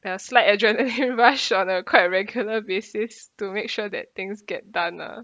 uh slight adrenaline rush on a quite regular basis to make sure that things get done lah